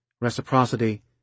reciprocity